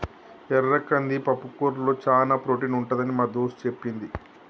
ఎర్ర కంది పప్పుకూరలో చానా ప్రోటీన్ ఉంటదని మా దోస్తు చెప్పింది